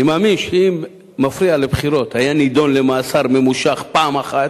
אני מאמין שאם מפריע לבחירות היה נידון למאסר ממושך פעם אחת,